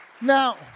Now